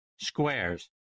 Squares